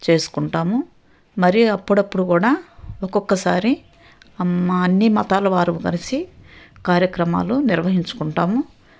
చేసుకుంటాము మరియు అప్పుడప్పుడు కూడా ఒక్కొక్కసారి మా అన్నీ మతాలవారు కలిసి కార్యక్రమాలు నిర్వహించుకుంటాము